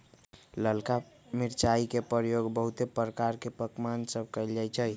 ललका मिरचाई के प्रयोग बहुते प्रकार के पकमान सभमें कएल जाइ छइ